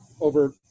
over